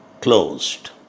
closed